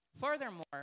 Furthermore